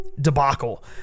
debacle